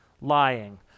lying